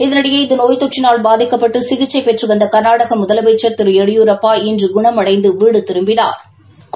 இதனிடையே இந்த நோய் தொற்றால் பாதிக்கப்பட்டு சிகிச்சை பெற்று வந்த கர்நாடக முதலமைச்சா் திரு ளடியூரப்பா இன்று குணமடைந்து வீடு திரும்பினாா்